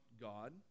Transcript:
God